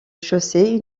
chaussée